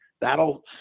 that'll